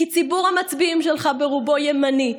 כי ציבור המצביעים שלך ברובו ימני.